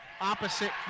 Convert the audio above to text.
opposite